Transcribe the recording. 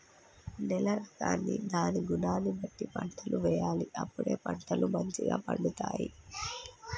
నేల రకాన్ని దాని గుణాన్ని బట్టి పంటలు వేయాలి అప్పుడే పంటలు మంచిగ పండుతాయి